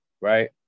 Right